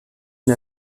une